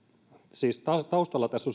siis taustalla tässä